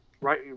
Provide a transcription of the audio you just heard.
right